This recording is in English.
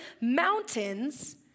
mountains